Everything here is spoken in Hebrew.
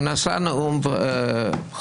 הוא נשא נאום בכורה,